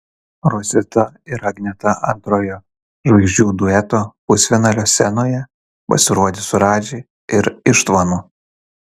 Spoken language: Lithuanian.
rosita ir agneta antrojo žvaigždžių duetų pusfinalio scenoje pasirodys su radži ir ištvanu